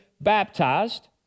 baptized